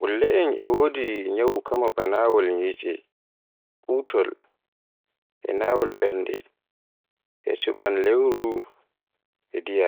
Mexico on ɗo mari ɗum ɓeydude daɗi, ko ɓuri ko feewi. E leydi Leñol mo waawataa ɗum daɗi e Mexico. Leñol maa ɓuri ko to duniya, so ɓe famɗo be kaɗowol,